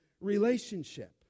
relationship